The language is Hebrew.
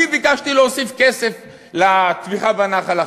אני ביקשתי להוסיף כסף לתמיכה בנח"ל החרדי,